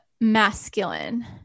masculine